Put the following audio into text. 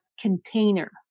container